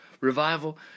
Revival